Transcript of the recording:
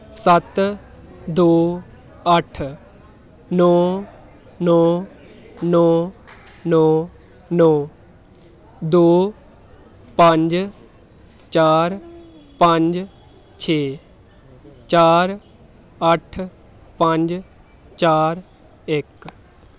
ਸੱਤ ਦੋ ਅੱਠ ਨੌਂ ਨੌਂ ਨੌਂ ਨੌਂ ਨੌਂ ਦੋ ਪੰਜ ਚਾਰ ਪੰਜ ਛੇ ਚਾਰ ਅੱਠ ਪੰਜ ਚਾਰ ਇੱਕ